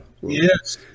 Yes